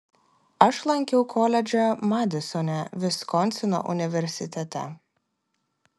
aš lankiau koledžą madisone viskonsino universitete